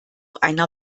einer